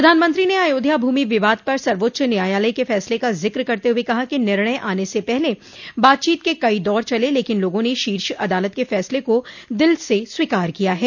प्रधानमंत्री ने अयोध्या भूमि विवाद पर सर्वोच्च न्यायालय के फसले का जिक्र करते हुए कहा कि निर्णय आने से पहले बातचीत के कई दौर चले लेकिन लोगों ने शीर्ष अदालत के फैसले को दिल से स्वीकार किया है